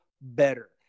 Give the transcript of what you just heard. better